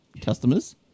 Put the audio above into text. customers